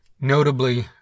notably